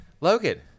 Logan